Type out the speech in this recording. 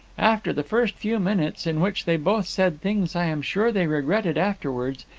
after the first few minutes, in which they both said things i am sure they regretted afterwards,